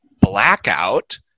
blackout